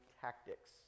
tactics